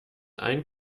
ein